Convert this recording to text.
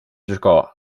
giocò